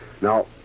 Now